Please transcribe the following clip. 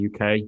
UK